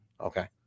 Okay